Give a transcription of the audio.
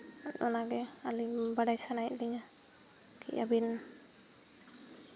ᱚᱱᱟ ᱜᱮ ᱟᱹᱞᱤᱧ ᱵᱟᱰᱟᱭ ᱥᱟᱱᱟᱭᱮᱜ ᱞᱤᱧᱟᱹ ᱠᱤ ᱟᱹᱵᱤᱱ